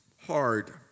hard